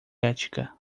ética